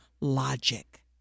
logic